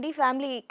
family